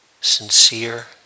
sincere